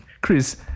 Chris